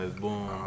Boom